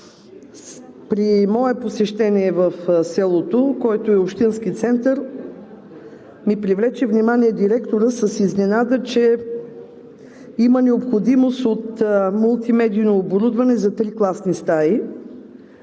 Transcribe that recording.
При мое посещение в селото, което е общински център, ми привлече вниманието директорът с изненада, че има необходимост от мултимедийно оборудване за три класни стаи,